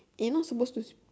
eh not supposed to